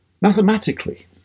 Mathematically